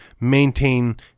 maintain